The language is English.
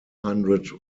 hundred